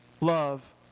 love